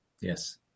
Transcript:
Yes